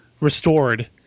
restored